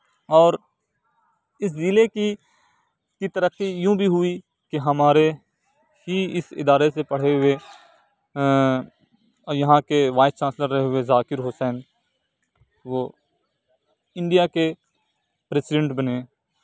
اور اس ضلعے کی کی ترقی یوں بھی ہوئی کہ ہمارے ہی اس ادارے سے پڑھے ہوئے اور یہاں کے وائس چانسلر رہے ہوئے ذاکر حسین وہ انڈیا کے پرسیڈنٹ بنے